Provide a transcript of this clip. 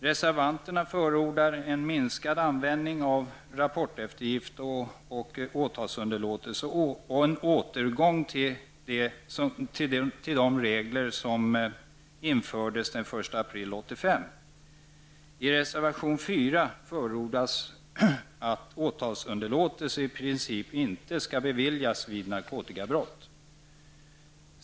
Reservanterna förordar minskad användning av rapporteftergift och åtalsunderlåtelse och återgång till de regler som gällde före den 1 april 1985. I reservation 4 förordas att åtalsunderlåtelse i princip inte skall beviljas vid narkotikabrott.